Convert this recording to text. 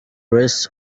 grace